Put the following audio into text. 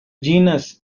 genus